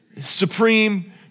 Supreme